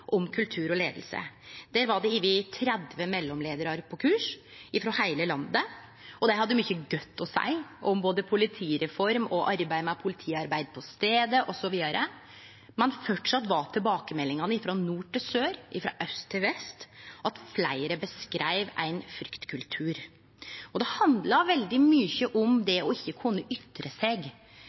om kultur og leiing. Der var det over 30 mellomleiarar frå heile landet på kurs. Dei hadde mykje godt å seie om både politireforma, arbeidet med politiarbeid på staden osv., men framleis var tilbakemeldingane ifrå nord til sør og ifrå aust til vest at fleire beskreiv ein fryktkultur. Det handla veldig mykje om det å ikkje kunne ytre seg.